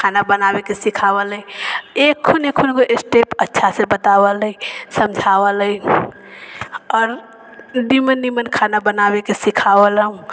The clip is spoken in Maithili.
खाना बनाबैके सिखावले एखन एखनगो स्टेप अच्छासँ बतावलै समझावलै आओर निमन निमन खाना बनाबैके सिखावलऽ